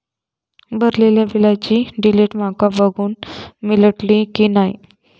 भरलेल्या बिलाची डिटेल माका बघूक मेलटली की नाय?